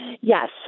Yes